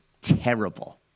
terrible